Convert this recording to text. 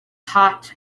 hot